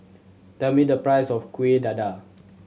tell me the price of Kuih Dadar